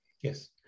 yes